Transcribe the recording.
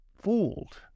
fooled